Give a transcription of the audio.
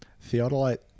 Theodolite